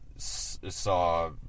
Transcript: saw